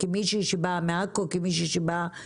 כמישהי שבאה מעכו ונצרת,